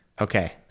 Okay